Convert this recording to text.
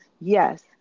Yes